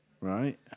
Right